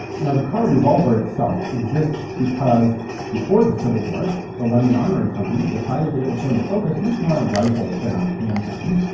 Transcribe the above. now the kerr revolver itself exists because before the civil war the london armoury company decided that it was going to focus much more on rifles than on handguns,